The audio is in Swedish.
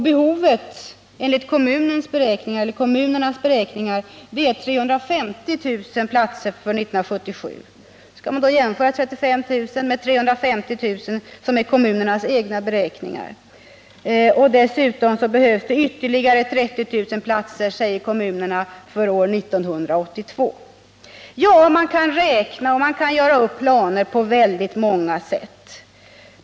Behovet enligt kommunernas beräkningar är 350 000 för 1977. Skall man jämföra 35 000 med 350 000, som är kommunernas egna beräkningar? Dessutom behövs ytterligare 30 000 platser, säger kommunerna, för år 1982. Man kan räkna och man kan göra upp planer på väldigt många sätt.